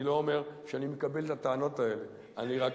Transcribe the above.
אני לא אומר שאני מקבל את הטענות האלה, אני רק,